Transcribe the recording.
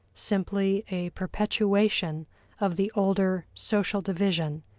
simply a perpetuation of the older social division,